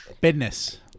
Business